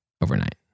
overnight